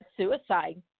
suicide